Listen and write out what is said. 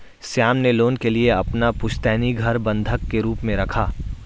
श्याम ने लोन के लिए अपना पुश्तैनी घर बंधक के रूप में रखा